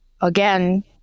again